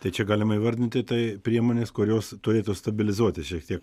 tai čia galima įvardinti tai priemonės kurios turėtų stabilizuotis šiek tiek